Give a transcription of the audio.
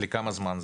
לכמה זמן זה?